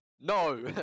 No